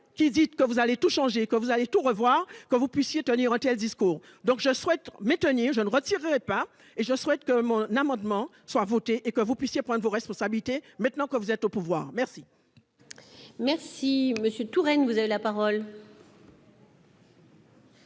qui dites que vous allez tout changer quand vous allez tout revoir quand vous puissiez tenir discours donc je souhaite maintenir je ne retirerai pas et je souhaite que mon amendement soit votée et que vous puissiez prendre vos responsabilités, maintenant que vous êtes au pouvoir, merci. Merci Monsieur Touraine, vous avez la parole.